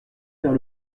vers